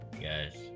guys